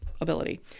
ability